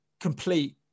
complete